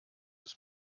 des